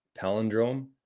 palindrome